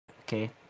Okay